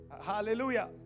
Hallelujah